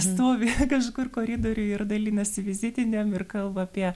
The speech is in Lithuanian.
stovi kažkur koridoriuj ir dalinasi vizitinėm ir kalba apie